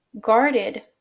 guarded